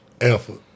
effort